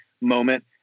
moment